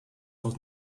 was